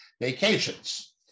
vacations